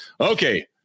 okay